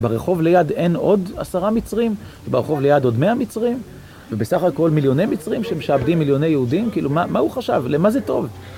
ברחוב ליד אין עוד עשרה מצרים? וברחוב ליד עוד מאה מצרים? ובסך הכל מיליוני מצרים שמשעבדים מיליוני יהודים, כאילו מה הוא חשב? למה זה טוב?